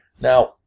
Now